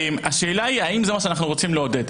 השאלה היא האם זה מה שאנו רוצים לעודד?